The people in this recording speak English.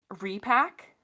repack